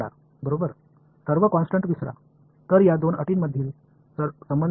எனவே இந்த இரண்டு சொற்களுக்கும் இடையிலான உறவில் எல்லா செயல்களும் நடக்கின்றன